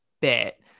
bit